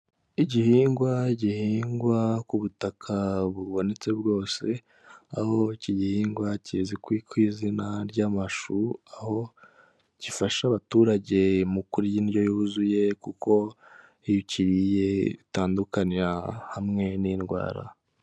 Igihingwa gihingwa ku butaka bubonetse bwose, aho iki gihingwa kiziwi kw'izina ry'amashu, aho gifasha abaturage kurya indyo yuzuye kuko hikiriye bitandukanira hamwe n'indwara.